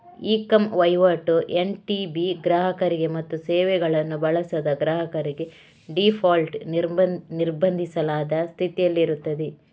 E com ವಹಿವಾಟು NTB ಗ್ರಾಹಕರಿಗೆ ಮತ್ತು ಸೇವೆಗಳನ್ನು ಬಳಸದ ಗ್ರಾಹಕರಿಗೆ ಡೀಫಾಲ್ಟ್ ನಿರ್ಬಂಧಿಸಲಾದ ಸ್ಥಿತಿಯಲ್ಲಿರುತ್ತದೆ